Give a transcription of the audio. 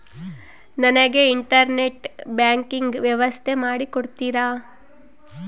ನನಗೆ internet banking ವ್ಯವಸ್ಥೆ ಮಾಡಿ ಕೊಡ್ತೇರಾ?